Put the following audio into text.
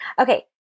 Okay